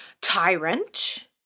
tyrant